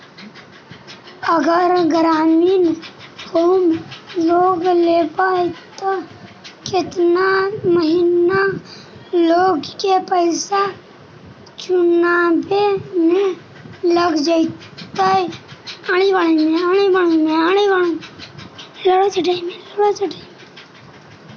अगर ग्रामीण home loan लेबै त केतना महिना लोन के पैसा चुकावे में लग जैतै?